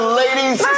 ladies